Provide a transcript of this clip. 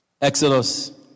Exodus